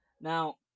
Now